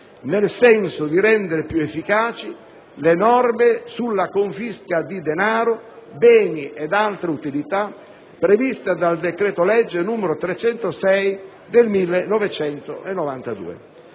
al fine di rendere più efficaci le norme sulla confisca di denaro, beni ed altre utilità previste dal decreto-legge n. 306 del 1992.